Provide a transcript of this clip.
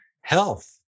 health